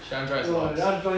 she want join as logs